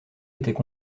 étaient